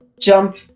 jump